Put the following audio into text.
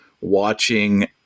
watching